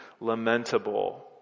lamentable